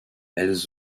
elles